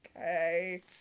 okay